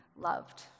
loved